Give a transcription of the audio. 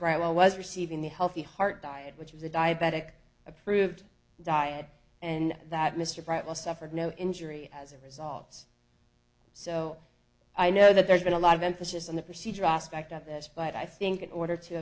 receiving the healthy heart diet which is a diabetic approved diet and that mr brett will suffer no injury as a result so i know that there's been a lot of emphasis on the procedure aspect of this but i think in order to